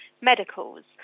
medicals